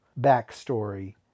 backstory